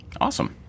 Awesome